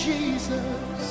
Jesus